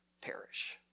perish